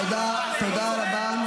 תודה רבה.